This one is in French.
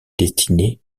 destinées